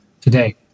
today